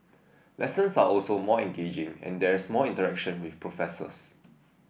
lessons are also more engaging and there's more interaction with professors